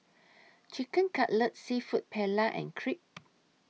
Chicken Cutlet Seafood Paella and Crepe